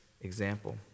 example